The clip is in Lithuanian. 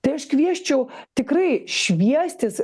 tai aš kviesčiau tikrai šviestis